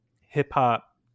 hip-hop